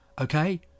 Okay